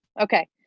Okay